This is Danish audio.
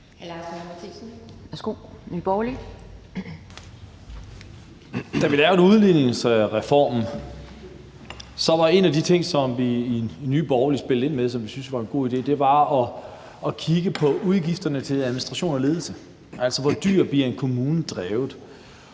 Da vi lavede udligningsreformen, var en af de ting, som vi i Nye Borgerlige spillede ind med, og som vi syntes var en god idé, at kigge på udgifterne til administration og ledelse, altså hvor dyrt en kommune bliver